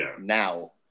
now